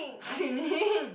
Zhi-Ning